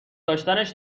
داشتنش